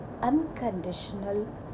unconditional